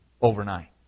overnight